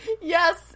Yes